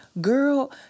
Girl